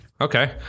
okay